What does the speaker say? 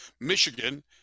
Michigan